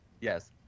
yes